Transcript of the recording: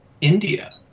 india